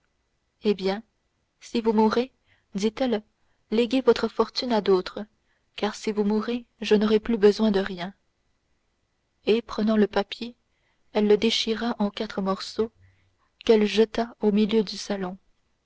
eh bien si vous mourez dit-elle léguez votre fortune à d'autres car si vous mourez je n'aurai plus besoin de rien et prenant le papier elle le déchira en quatre morceaux qu'elle jeta au milieu du salon